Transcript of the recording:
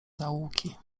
zaułki